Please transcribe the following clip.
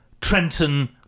trenton